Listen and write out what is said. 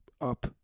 up